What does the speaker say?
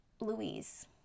Louise